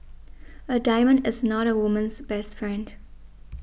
a diamond is not a woman's best friend